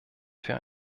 für